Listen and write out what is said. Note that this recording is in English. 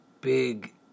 big